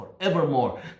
forevermore